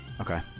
okay